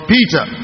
Peter